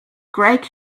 greg